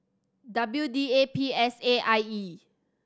W D A P S A and I E